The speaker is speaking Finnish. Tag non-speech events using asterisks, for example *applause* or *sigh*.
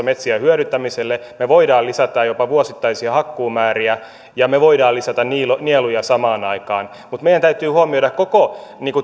*unintelligible* metsien hyödyntämiselle me voimme lisätä jopa vuosittaisia hakkuumääriä ja me voimme lisätä nieluja samaan aikaan mutta meidän täytyy huomioida koko